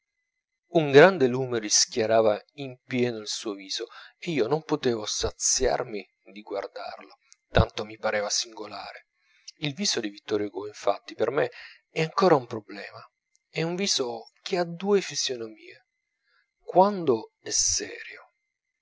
un grande lume rischiarava in pieno il suo viso e io non potevo saziarmi di guardarlo tanto mi pareva singolare il viso di vittor hugo infatti per me è ancora un problema è un viso che ha due fisonomie quando è serio